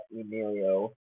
Emilio